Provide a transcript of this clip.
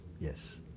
Yes